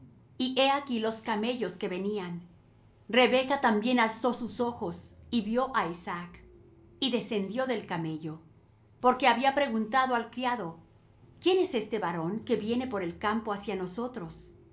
y he aquí los camellos que venían rebeca también alzó sus ojos y vió á isaac y descendió del camello porque había preguntado al criado quién es este varón que viene por el campo hacia nosotros